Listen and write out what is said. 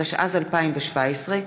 התשע"ז 2017,